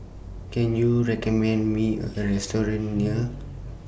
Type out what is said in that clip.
Can YOU recommend Me A Restaurant near